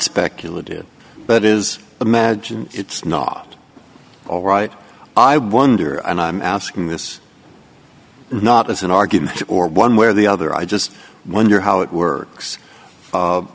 speculative but is imagine it's not all right i wonder and i'm asking this not as an argument or one way or the other i just wonder how it works